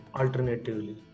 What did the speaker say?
alternatively